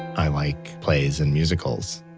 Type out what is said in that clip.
i like plays and musicals,